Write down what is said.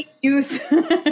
youth